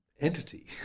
entity